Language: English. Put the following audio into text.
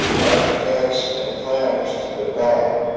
architects and planners to develop